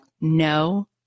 no